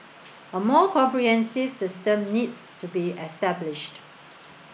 a more comprehensive system needs to be established